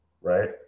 right